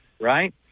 right